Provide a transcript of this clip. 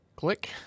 Click